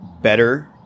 better